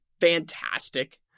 fantastic